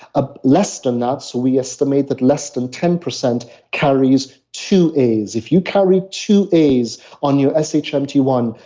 ah less than that so we estimate that less than ten carries two a's. if you carry two a's on your s h m t one,